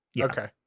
Okay